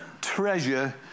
treasure